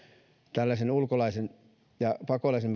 tällaisen ulkolaisen ja pakolaisen